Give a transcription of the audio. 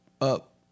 up